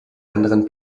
anderen